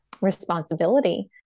responsibility